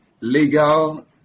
Legal